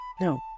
No